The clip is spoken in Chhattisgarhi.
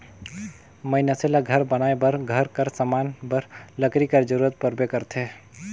मइनसे ल घर बनाए बर, घर कर समान बर लकरी कर जरूरत परबे करथे